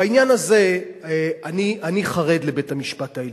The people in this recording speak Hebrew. בעניין הזה אני חרד לבית-המשפט העליון.